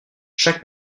chaque